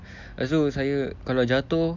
lepas tu saya kalau jatuh